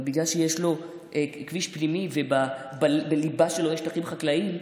אבל בגלל שיש לו כביש פנימי ובליבה שלו יש שטחים חקלאיים,